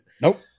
Nope